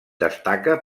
destaca